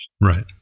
Right